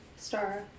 Stara